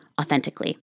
authentically